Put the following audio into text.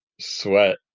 sweat